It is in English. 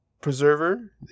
preserver